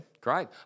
Great